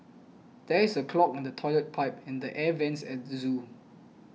there is a clog in the Toilet Pipe and the Air Vents at the zoo